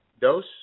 dose